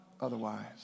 otherwise